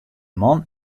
man